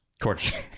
Courtney